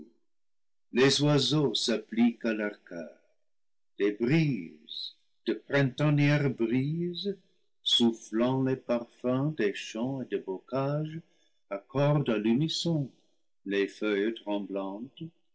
les oiseaux s'appliquent à leur choeur des brises de printanières brises soufflant les parfums des champs et des bocages accordent à l'unisson les feuilles tremblantes